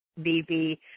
BB